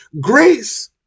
Grace